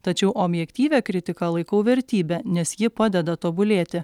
tačiau objektyvią kritiką laikau vertybe nes ji padeda tobulėti